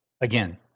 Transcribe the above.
again